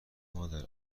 مادر